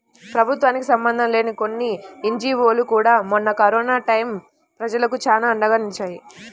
ప్రభుత్వానికి సంబంధం లేని కొన్ని ఎన్జీవోలు కూడా మొన్న కరోనా టైయ్యం ప్రజలకు చానా అండగా నిలిచాయి